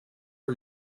are